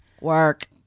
Work